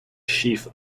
sheaf